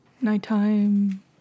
Nighttime